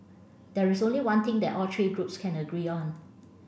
there is only one thing that all three groups can agree on